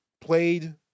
played